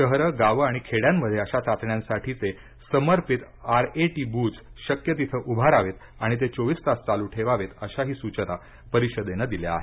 शहरं गावं आणि खेड्यांमध्ये अशा चाचण्यांसाठीचे समर्पित आरएटी बुथ्स शक्य तिथे उभारावेत आणि ते चोवीस तास चालू ठेवावेत अशाही सूचना परिषदेनं दिल्या आहेत